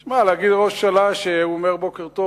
תשמע, להגיד על ראש ממשלה שהוא אומר בוקר טוב